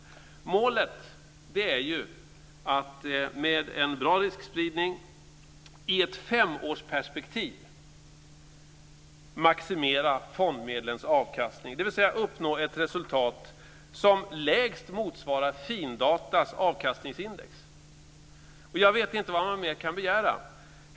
Målet är att med en bra riskspridning i ett femårsperspektiv maximera fondmedlens avkastning, dvs. uppnå ett resultat som lägst motsvarar Findatas avkastningsindex. Jag vet inte vad man mer kan begära.